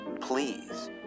please